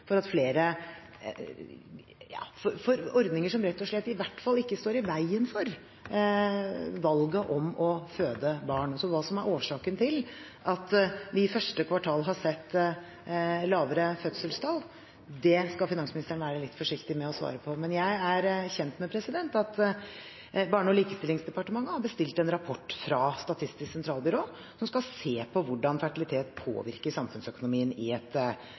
ordninger som i hvert fall ikke står i veien for valget om å føde barn. Så hva som er årsaken til at vi i 1. kvartal har sett lavere fødselstall, skal finansministeren være litt forsiktig med å svare på. Men jeg er kjent med at Barne- og likestillingsdepartementet har bestilt en rapport fra Statistisk sentralbyrå som skal se på hvordan fertilitet påvirker samfunnsøkonomien i et